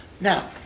Now